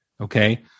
Okay